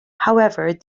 however